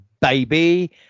baby